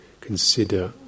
consider